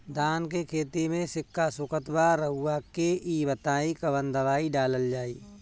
धान के खेती में सिक्का सुखत बा रउआ के ई बताईं कवन दवाइ डालल जाई?